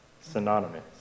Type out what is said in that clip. synonymous